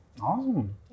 Awesome